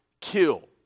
kill